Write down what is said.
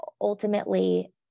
ultimately